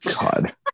God